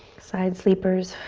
side sleepers.